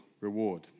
reward